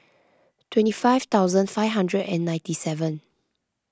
twenty five thousand five hundred and ninety seven